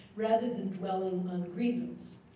rather than dwelling on grievance.